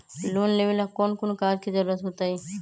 Loan लेवेला कौन कौन कागज के जरूरत होतई?